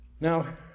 Now